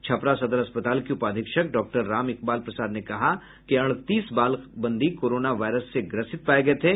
छपरा सदर अस्पताल के उपाधीक्षक डॉक्टर राम इकबाल प्रसाद ने कहा है कि अड़तीस बाल बंदी कोरोना वायरस से ग्रसित पाये गये थे